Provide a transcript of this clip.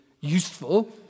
useful